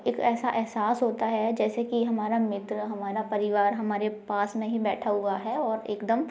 एक ऐसा एहसास होता है जैसे कि हमारा मित्र हमारा परिवार हमारे पास में ही बैठा हुआ है और एकदम